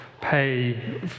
pay